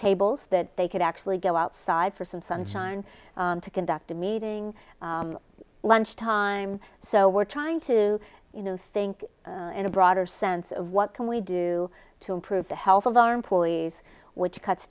tables that they could actually go outside for some sunshine to conduct a meeting lunch time so we're trying to you know think in a broader sense of what can we do to improve the health of our employees which cuts